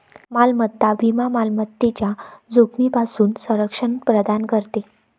मालमत्ता विमा मालमत्तेच्या जोखमीपासून संरक्षण प्रदान करते